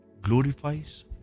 glorifies